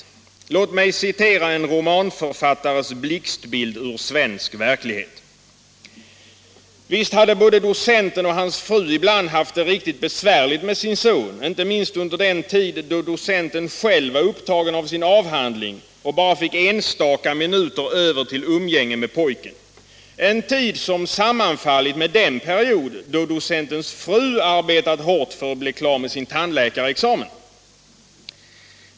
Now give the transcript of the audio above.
Låt mig citera en romanförfattares blixtbild ur svensk verklighet: ”Visst hade både docenten och hans fru ibland haft det riktigt besvärligt med sin son, inte minst under den tid då docenten själv var upptagen av sin avhandling och bara fick enstaka minuter över till umgänge med pojken; en tid som sammanfallit med den period, då docentens fru arbetat hårt för att bli klar med sin tandläkarexamen.